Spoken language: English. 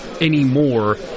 anymore